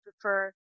prefer